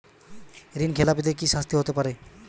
ঋণ খেলাপিদের কি শাস্তি হতে পারে?